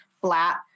flat